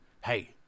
hey